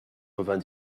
revint